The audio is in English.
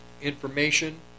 information